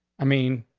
i mean,